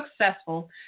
successful